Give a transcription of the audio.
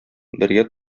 бергә